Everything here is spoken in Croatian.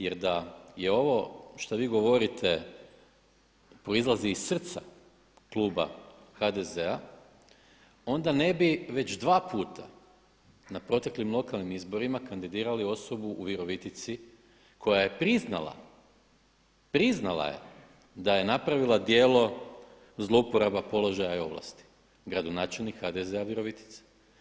Jer da je ovo što vi govorite proizlazi iz srca kluba HDZ-a onda ne bi već dva puta na proteklim lokalnim izborima kandidirali osobu u Virovitici koja je priznala, priznala je da je napravila djelo zlouporaba položaja i ovlasti gradonačelnik HDZ-a Virovitica.